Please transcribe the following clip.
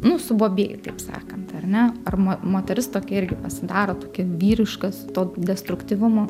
nu subobėju taip sakant ar ne ar mo moteris tokia irgi pasidaro tokia vyriškas to destruktyvumo